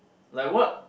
like what